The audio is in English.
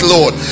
Lord